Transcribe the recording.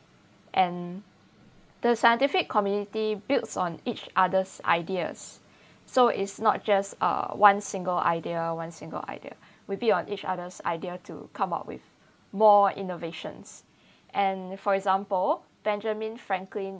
and the scientific community builds on each others ideas so is not just uh one single idea one single idea we based on each others ideas to come up with more innovations and for example benjamin franklin